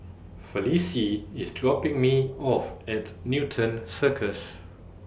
Felicie IS dropping Me off At Newton Circus